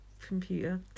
computer